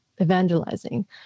evangelizing